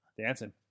dancing